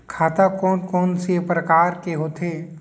खाता कोन कोन से परकार के होथे?